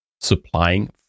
supplying